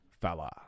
Fella